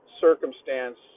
circumstance